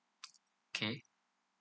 okay